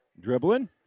dribbling